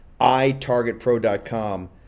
itargetpro.com